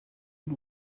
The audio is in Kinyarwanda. y’u